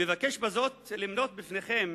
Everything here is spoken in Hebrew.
אני מבקש בזאת למנות בפניכם